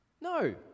No